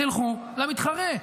תלכו למתחרה.